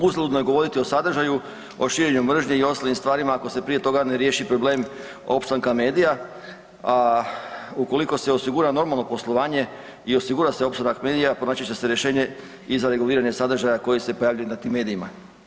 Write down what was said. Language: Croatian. Uzaludno je govoriti o sadržaju, o širenju mržnje i ostalim stvarima ako se prije toga ne riješi problem opstanka medija, a ukoliko se osigura normalno poslovanje i osigura se opstanak medija pronaći će se rješenje i za reguliranje sadržaja koji se pojavljuju na tim medijima.